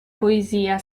poesia